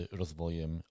rozwojem